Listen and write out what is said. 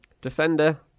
defender